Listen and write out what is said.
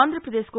ఆంధ్రప్రదేశ్కు